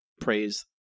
praise